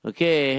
Okay